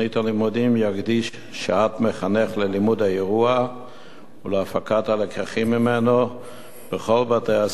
יקדיש שעת מחנך ללימוד האירוע ולהפקת הלקחים ממנו בכל בתי-הספר במדינה.